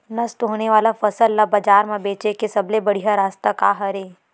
नष्ट होने वाला फसल ला बाजार मा बेचे के सबले बढ़िया रास्ता का हरे?